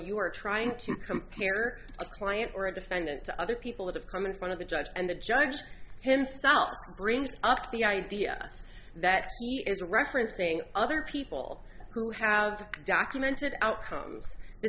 you are trying to compare a client or a defendant to other people that have come in front of the judge and the judge himself brings up the idea that it is referencing other people who have documented outcomes